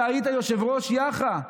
אתה היית יושב-ראש יאח"ה,